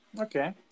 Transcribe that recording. Okay